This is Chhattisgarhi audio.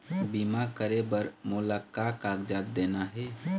बीमा करे बर मोला का कागजात देना हे?